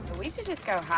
we should just go half.